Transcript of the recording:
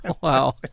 Wow